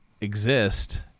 exist